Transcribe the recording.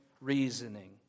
reasoning